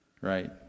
right